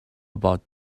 about